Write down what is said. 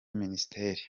minisiteri